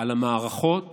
על המערכות